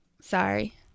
sorry